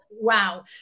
wow